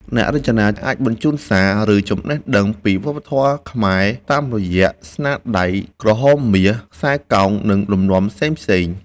អ្នករចនាអាចបញ្ជូនសារ ឬចំណេះដឹងពីវប្បធម៌ខ្មែរ តាមរយៈស្នាដៃក្រហមមាស ខ្សែកោងនិងលំនាំផ្សេងៗ។